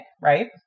right